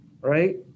Right